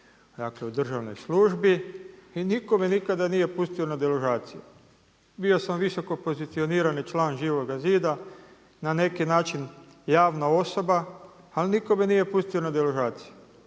radio u državnoj službi i nitko me nikada nije pustio na deložaciju. Bio sam visoko pozicionirani član Živoga zida na neki način javna osoba ali nitko me nije pustio na deložaciju.